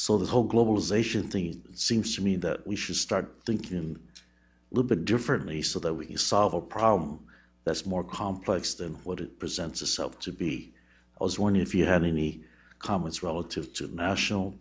so the whole globalization thing seems to me that we should start thinking in a little bit differently so that we can solve a problem that's more complex than what it presents itself to be one if you have any comments relative to national